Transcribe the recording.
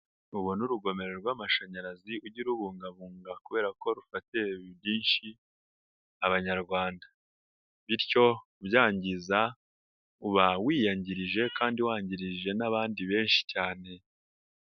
Ubona urugomero rw'amashanyarazi ujye urubungabunga kubera ko rufata byinshi abanyarwanda, bityo kubyangiza uba wiyangirije kandi wangirije n'abandi benshi cyane.